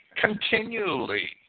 continually